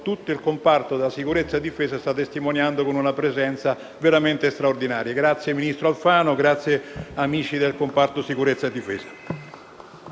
tutto il comparto sicurezza e difesa sta testimoniando con una presenza veramente straordinaria. Ringrazio quindi il ministro Alfano e gli amici del comparto sicurezza e difesa.